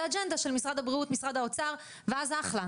זו האג'נדה של משרד הבריאות ומשרד האוצר ואז אחלה,